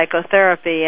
psychotherapy